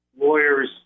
lawyers